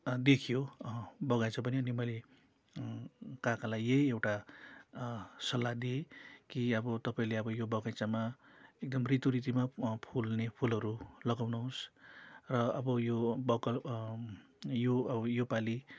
देखियो बगैँचा पनि अनि मैले काकालाई यही एउटा सल्लाह दिएँ कि अब तपाईँले अब यो बगैँचामा एकदम ऋतु ऋतुमा फुल्ने फुलहरू लगाउनुहोस् र अब यो बकल यो अब योपालि